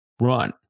run